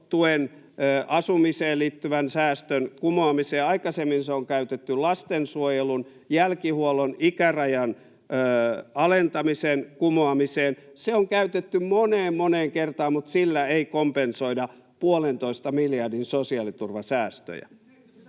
asumiseen liittyvän säästön kumoamiseen, aikaisemmin se on käytetty lastensuojelun jälkihuollon ikärajan alentamisen kumoamiseen. Se on käytetty moneen, moneen kertaan, mutta sillä ei kompensoida puolentoista miljardin sosiaaliturvan säästöjä.